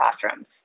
classrooms